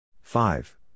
five